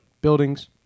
buildings